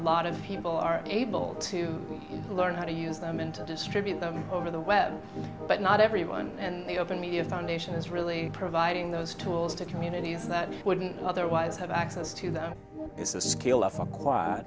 lot of people are able to learn how to use them and distribute them over the web but not everyone and the open media foundation is really providing those tools to communities that wouldn't otherwise have access to that is a skill